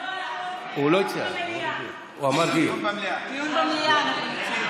דיון במליאה.